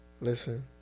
listen